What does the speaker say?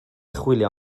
chwilio